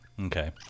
Okay